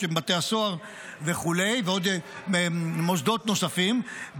שירות בתי הסוהר ועוד מוסדות נוספים,